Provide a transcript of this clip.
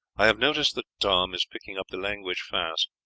i have noticed that tom is picking up the language fast.